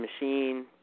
Machine